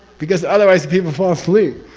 because otherwise people fall asleep!